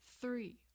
three